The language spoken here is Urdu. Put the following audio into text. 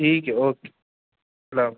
ٹھیک ہے اوکے اللہ حف